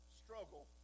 struggle